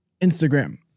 Instagram